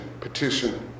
petition